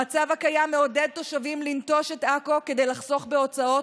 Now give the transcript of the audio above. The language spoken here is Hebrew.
המצב הקיים מעודד תושבים לנטוש את עכו כדי לחסוך בהוצאות,